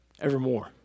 evermore